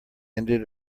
ended